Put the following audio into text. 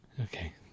Okay